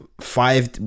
five